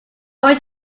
way